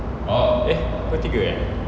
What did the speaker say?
eh pukul tiga eh